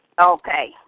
Okay